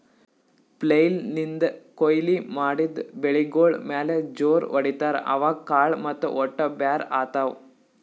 flail ನಿಂದ್ ಕೊಯ್ಲಿ ಮಾಡಿದ್ ಬೆಳಿಗೋಳ್ ಮ್ಯಾಲ್ ಜೋರ್ ಹೊಡಿತಾರ್, ಅವಾಗ್ ಕಾಳ್ ಮತ್ತ್ ಹೊಟ್ಟ ಬ್ಯಾರ್ ಆತವ್